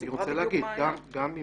אז אני רוצה להגיד, גם אם